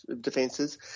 defenses